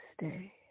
stay